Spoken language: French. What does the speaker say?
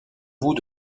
bout